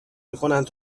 میکنند